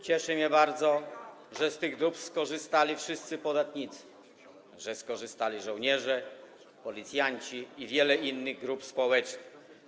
Cieszy mnie bardzo, że z tych dóbr skorzystali wszyscy podatnicy, że skorzystali żołnierze, policjanci i wiele innych grup społecznych.